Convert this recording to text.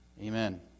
Amen